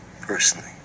personally